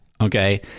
okay